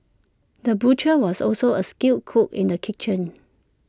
the butcher was also A skilled cook in the kitchen